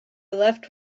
left